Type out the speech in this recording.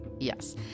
Yes